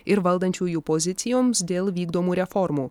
ir valdančiųjų pozicijoms dėl vykdomų reformų